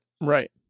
Right